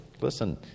listen